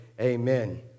amen